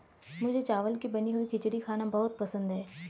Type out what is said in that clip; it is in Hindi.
मुझे चावल की बनी हुई खिचड़ी खाना बहुत पसंद है